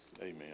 Amen